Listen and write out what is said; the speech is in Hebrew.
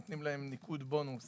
נותנים להם ניקוד בונוס